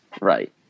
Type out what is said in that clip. Right